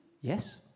Yes